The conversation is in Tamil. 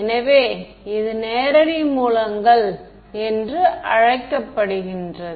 எனவே இது நேரடி மூலங்கள் என்று அழைக்கப்படுகிறது